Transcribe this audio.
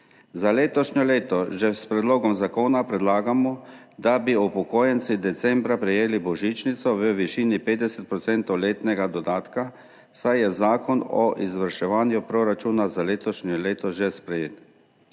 Za letošnje leto že s predlogom zakona predlagamo, da bi upokojenci decembra prejeli božičnico v višini 50 % letnega dodatka, saj je zakon o izvrševanju proračuna za letošnje leto že sprejet.